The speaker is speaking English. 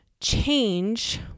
change